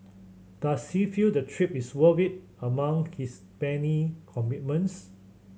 does she feel the trip is worth it among his many commitments